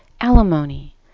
alimony